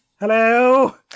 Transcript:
hello